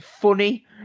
funny